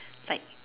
like